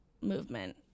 movement